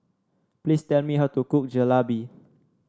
please tell me how to cook Jalebi